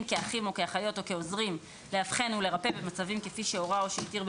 כאחים או כאחיות או כעוזרים לאבחן ולרפא במצבים כפי שהורה או שהתיר,